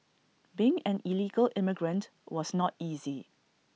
being an illegal immigrant was not easy